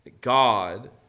God